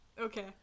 Okay